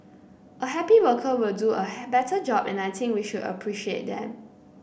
a happy worker will do a better job and I think we should appreciate them